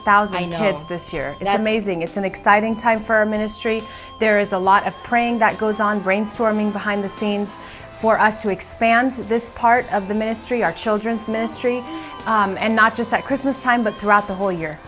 thousand heads this year and i mazing it's an exciting time for our ministry there is a lot of praying that goes on brainstorming behind the scenes for us to expand this part of the ministry our children's ministry and not just at christmas time but throughout the whole year